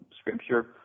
Scripture